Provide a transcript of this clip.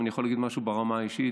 אני יכול להגיד משהו ברמה האישית,